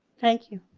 thank you